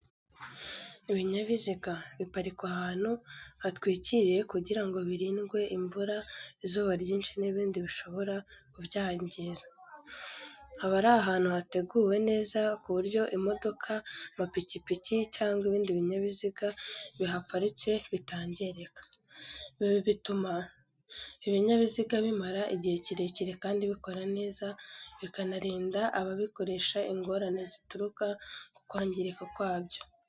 Ibinyabiziga biparikwa ahantu hatwikiriye kugira ngo birindwe imvura, izuba ryinshi n'ibindi bishobora kubyangiza. Haba ari ahantu hateguwe neza ku buryo imodoka, amapikipiki, cyangwa ibindi binyabiziga bihaparitse bitangirika. Ibi bituma ibinyabiziga bimara igihe kirekire kandi bikora neza, bikanarinda ababikoresha ingorane zituruka ku kwangirika kwabyo.